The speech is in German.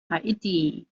haiti